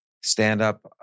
stand-up